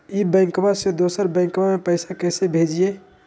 ई बैंकबा से दोसर बैंकबा में पैसा कैसे भेजिए?